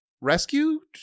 rescued